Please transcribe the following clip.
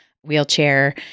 wheelchair